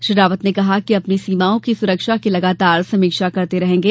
श्री रावत ने कहा कि अपनी सीमाओं की सुरक्षा की लगातार समीक्षा करते रहेंगे